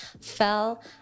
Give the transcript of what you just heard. fell